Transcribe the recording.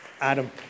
Adam